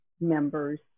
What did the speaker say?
members